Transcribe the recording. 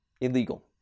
Illegal